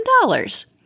dollars